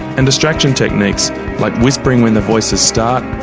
and distraction techniques like whispering when the voices start,